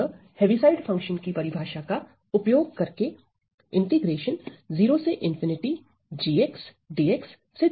यह Heaviside function की परिभाषा का उपयोग करके से दिए जाते हैं